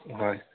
হয়